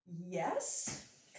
Yes